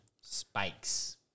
Spikes